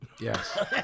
Yes